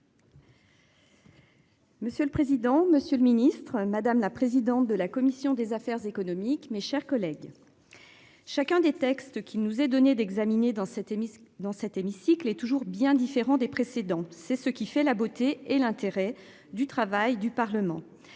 Monsieur le président, monsieur le ministre, madame la présidente de la commission des affaires économiques, mes chers collègues. Chacun des textes qui nous est donné d'examiner dans cet hémicycle dans cet hémicycle est toujours bien différent des précédents, c'est ce qui fait la beauté et l'intérêt du travail du Parlement.